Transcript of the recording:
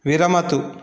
विरमतु